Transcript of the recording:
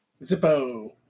Zippo